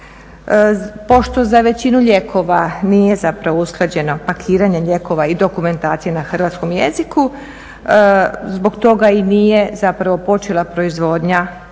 Pošto za većinu lijekova nije zapravo usklađeno pakiranje lijekova i dokumentacija na hrvatskom jeziku, zbog toga i nije zapravo počela proizvodnja novih